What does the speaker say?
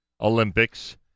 Olympics